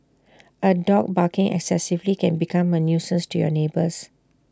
A dog barking excessively can become A nuisance to your neighbours